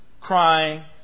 crying